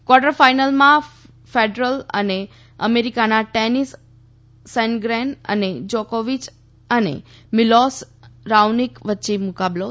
quarter ફાઈનલમાં Federer અને અમેરિકાના ટેનિસ સેન્ડગ્રેન અને જોકોવીય અને મિલોસ રાઉનીક વચ્ચે મુકાબલા થશે